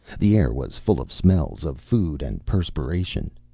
the air was full of smells of food and perspiration.